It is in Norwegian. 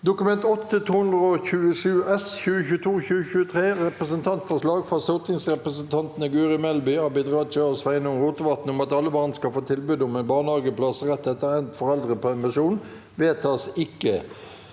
forskningskomiteen om Representantforslag fra stortingsrepresentantene Guri Melby, Abid Raja og Sveinung Rotevatn om at alle barn skal få tilbud om en barnehageplass rett etter endt foreldrepermisjon (Innst.